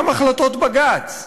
גם החלטות בג"ץ,